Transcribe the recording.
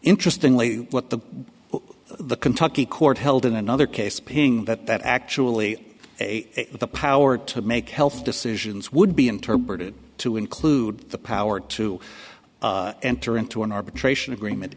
interestingly what the the kentucky court held in another case paying that that actually the power to make health decisions would be interpreted to include the power to enter into an arbitration agreement